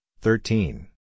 thirteen